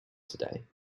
today